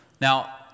Now